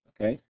okay